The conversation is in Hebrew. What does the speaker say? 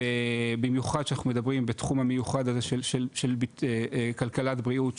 ובמיוחד שאנחנו מדברים בתחום המיוחד הזה של כלכלת בריאות,